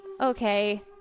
Okay